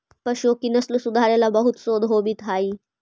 पशुओं की नस्ल सुधारे ला बहुत शोध होवित हाई